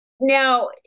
Now